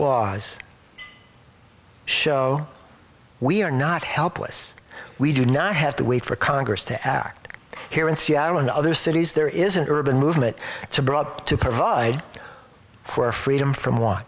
laws show we are not helpless we do not have to wait for congress to act here in seattle and other cities there is an urban movement brought to provide for freedom f